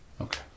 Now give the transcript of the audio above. Okay